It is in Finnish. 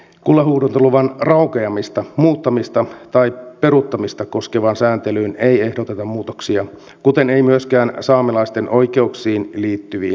kullanhuuhdontaluvan raukeamista muuttamista tai peruuttamista koskevaan sääntelyyn ei ehdoteta muutoksia kuten ei myöskään saamelaisten oikeuksiin liittyviin säännöksiin